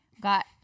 got